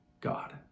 God